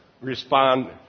respond